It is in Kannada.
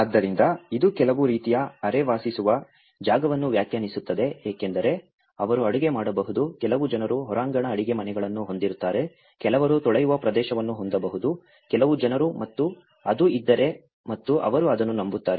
ಆದ್ದರಿಂದ ಇದು ಕೆಲವು ರೀತಿಯ ಅರೆ ವಾಸಿಸುವ ಜಾಗವನ್ನು ವ್ಯಾಖ್ಯಾನಿಸುತ್ತದೆ ಏಕೆಂದರೆ ಅವರು ಅಡುಗೆ ಮಾಡಬಹುದು ಕೆಲವು ಜನರು ಹೊರಾಂಗಣ ಅಡಿಗೆಮನೆಗಳನ್ನು ಹೊಂದಿರುತ್ತಾರೆ ಕೆಲವರು ತೊಳೆಯುವ ಪ್ರದೇಶವನ್ನು ಹೊಂದಬಹುದು ಕೆಲವು ಜನರು ಮತ್ತು ಅದು ಇದ್ದರೆ ಮತ್ತು ಅವರು ಅದನ್ನು ನಂಬುತ್ತಾರೆ